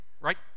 right